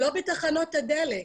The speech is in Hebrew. לא בתחנות הדלק.